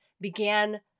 began